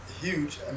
huge